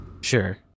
Sure